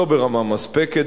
לא ברמה מספקת,